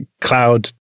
cloud